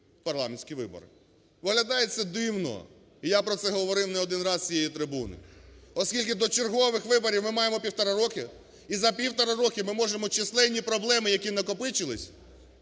парламентські вибори. Виглядає це дивно, і я про це говорив не один раз з цієї трибуни, оскільки до чергових виборів ми маємо півтора роки, і за півтора роки ми можемо численні проблеми, які накопичились,